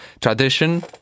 tradition